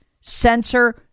Censor